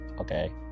Okay